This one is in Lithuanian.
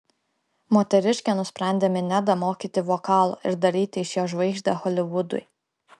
moteriškė nusprendė minedą mokyti vokalo ir daryti iš jo žvaigždę holivudui